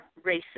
racist